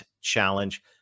Challenge